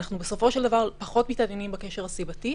בסופו של דבר אנחנו פחות מתעניינים בקשר הסיבתי.